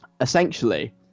Essentially